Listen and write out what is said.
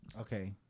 Okay